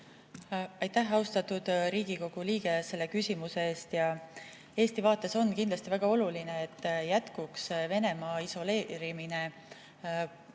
Aitäh, austatud Riigikogu liige, selle küsimuse eest! Eesti vaates on kindlasti väga oluline, et jätkuks Venemaa isoleerimine